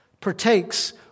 partakes